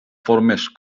formes